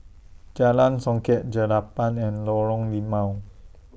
Jalan Songket Jelapang and Lorong Limau